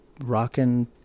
rocking